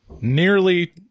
nearly